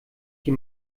die